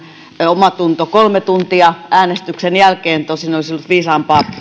omatunto kolme tuntia äänestyksen jälkeen tosin olisi ollut viisaampaa